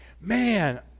Man